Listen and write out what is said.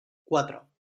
cuatro